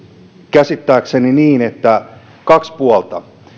käsittääkseni niin että on kaksi puolta